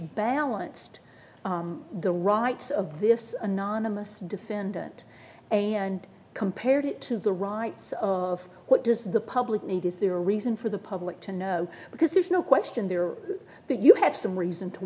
balanced the rights of this anonymous defendant and compared it to the right so what does the public need is there a reason for the public to know because there's no question there that you have some reason to